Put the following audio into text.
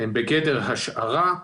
הם בגדר השערה.